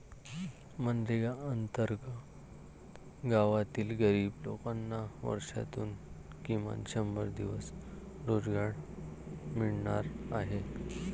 मनरेगा अंतर्गत गावातील गरीब लोकांना वर्षातून किमान शंभर दिवस रोजगार मिळणार आहे